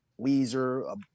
Weezer